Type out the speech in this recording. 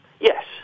Yes